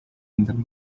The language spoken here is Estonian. endale